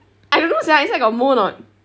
I don't know sia inside got mold or not